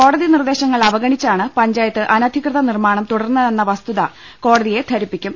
കോടതി നിർദ്ദേശങ്ങൾ അവഗണിച്ചാണ് പഞ്ചായത്ത് അനധികൃത നിർമ്മാണം തുടർന്നതെന്ന വസ്തുത കോടതിയെ ധരിപ്പിക്കും